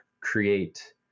create